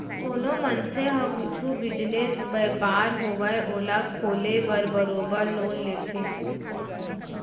कोनो मनसे ह कुछु बिजनेस, बयपार होवय ओला खोले बर बरोबर लोन लेथे